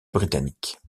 britanniques